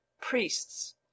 Priests